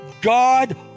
God